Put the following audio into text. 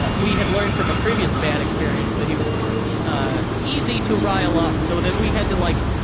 but we had learned from a previous bad experience that he was easy to rile up, so then we had to, like,